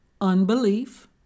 Unbelief